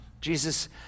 Jesus